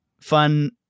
fun